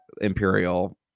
Imperial